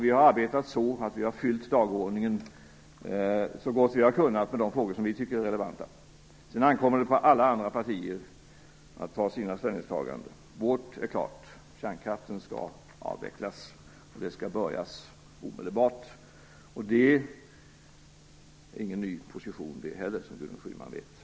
Vi har arbetat så att vi så gott vi har kunnat har fyllt dagordningen med de frågor som vi tycker är relevanta. Sedan ankommer det på alla andra partier att göra sina ställningstaganden. Vårt är klart: Kärnkraften skall avvecklas, och det skall påbörjas omedelbart. Som Gudrun Schyman vet är inte heller det någon ny position.